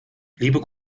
liebe